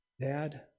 Dad